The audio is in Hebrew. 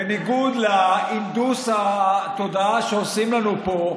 בניגוד להנדוס התודעה שעושים לנו פה,